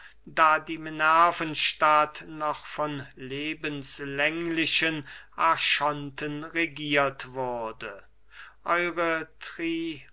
da die minervenstadt noch von lebenslänglichen archonten regiert wurde euere triobolenzünftlertriobolenzünftler